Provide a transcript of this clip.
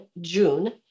June